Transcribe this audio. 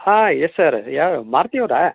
ಹಾಂ yes sir ಯಾರು ಮಾರುತಿ ಅವರಾ